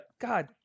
God